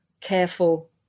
careful